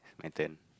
my turn